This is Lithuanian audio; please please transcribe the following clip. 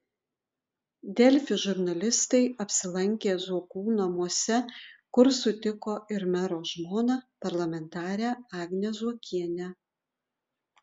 delfi žurnalistai apsilankė zuokų namuose kur sutiko ir mero žmoną parlamentarę agnę zuokienę